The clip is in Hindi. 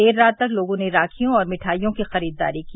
देर रात तक लोगों ने राखियों और भिगईयों की खरीददारी की